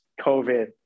COVID